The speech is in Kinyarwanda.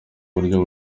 buryo